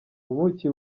ubuki